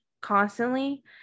constantly